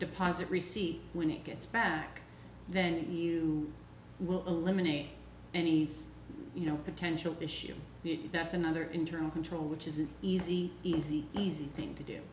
deposit receipt when it gets back then you will eliminate any you know potential issue that's another interim control which is an easy easy easy thing to do